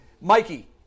Mikey